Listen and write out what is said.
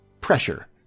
pressure